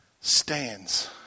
stands